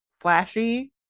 flashy